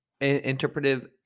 interpretive